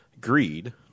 greed